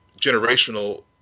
generational